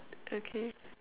okay